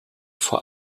vor